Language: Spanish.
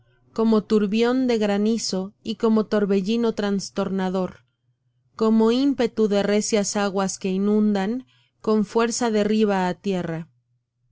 como turbión de granizo y como torbellino trastornador como ímpetu de recias aguas que inundan con fuerza derriba á tierra